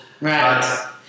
Right